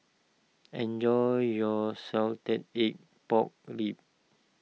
enjoy your Salted Egg Pork Ribs